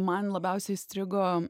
man labiausiai įstrigo